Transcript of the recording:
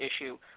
issue